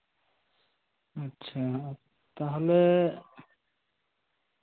ᱟᱪᱪᱷᱟ ᱛᱟᱦᱚᱞᱮ